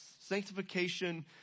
Sanctification